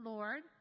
Lord